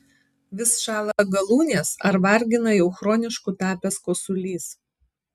vis šąla galūnės ar vargina jau chronišku tapęs kosulys